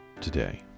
today